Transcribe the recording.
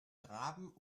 graben